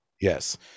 Yes